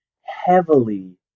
heavily